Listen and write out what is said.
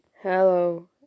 hello